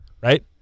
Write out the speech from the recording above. right